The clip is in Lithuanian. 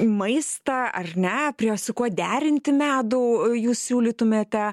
maistą ar ne prie jo su kuo derinti medų jūs siūlytumėte